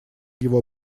его